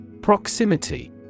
Proximity